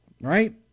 right